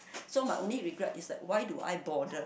so my only regret is why do I bother